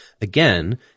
again